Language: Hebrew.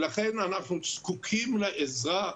לכן, אנחנו זקוקים לעזרה,